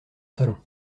salon